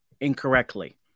incorrectly